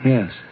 Yes